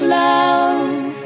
love